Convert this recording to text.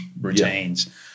routines